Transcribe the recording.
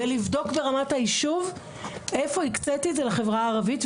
ולבדוק ברמת היישוב איפה הקציתי את זה לחברה הערבית,